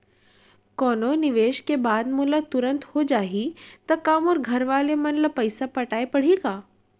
कोनो निवेश के बाद मोला तुरंत हो जाही ता का मोर घरवाले मन ला पइसा पटाय पड़ही का?